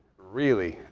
really,